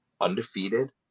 undefeated